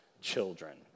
children